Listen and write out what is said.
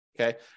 Okay